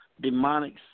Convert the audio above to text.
demonic